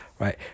right